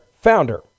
founder